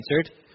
answered